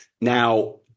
Now